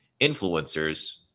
influencers